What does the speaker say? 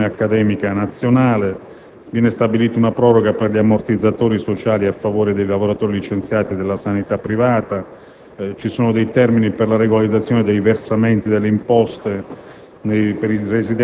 e all'Unione accademica nazionale. Viene stabilita altresì una proroga per gli ammortizzatori sociali a favore dei lavoratori licenziati della sanità privata e sono previsti termini per la regolarizzazione dei versamenti delle imposte